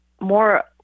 more